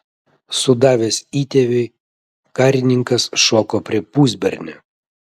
sudavęs įtėviui karininkas šoko prie pusbernio